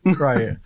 Right